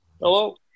Hello